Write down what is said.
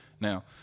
Now